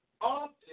often